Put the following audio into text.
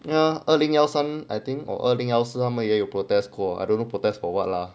ya 二零幺三 I think or 二零幺四也有 protest 过 I don't know protest for what lah